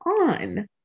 on